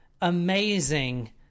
amazing